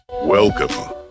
Welcome